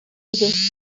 this